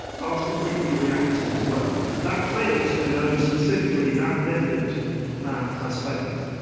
fast to quickly react to as well. if that fails, i know specifically that method has failed,